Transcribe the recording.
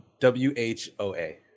W-H-O-A